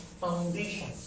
Foundation